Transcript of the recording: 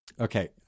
Okay